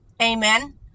Amen